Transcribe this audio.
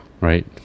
right